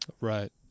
Right